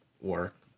work